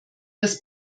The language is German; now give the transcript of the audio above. das